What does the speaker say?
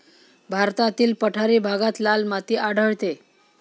भारतातील पठारी भागात लाल माती आढळते